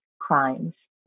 crimes